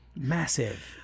Massive